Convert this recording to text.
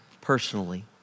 personally